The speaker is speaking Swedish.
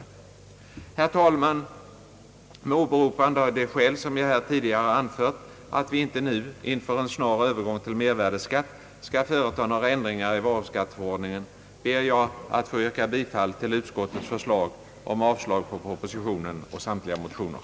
Herr talman! Med åberopande av det skäl, som jag här tidigare anfört, att vi inte nu inför en snar övergång till mervärdeskatt bör företa några ändringar i varuskatteförordningen, ber jag att få yrka bifall till utskottets förslag och avslag på propositionen och samtliga motioner.